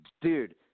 dude